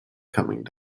coming